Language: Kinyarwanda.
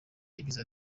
yagize